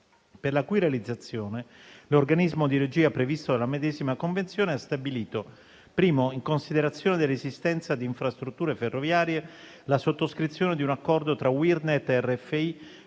per la cui realizzazione l'organismo di regia previsto dalla medesima convenzione ha stabilito: in considerazione dell'esistenza di infrastrutture ferroviarie, la sottoscrizione di un accordo tra UIRNet e RFI,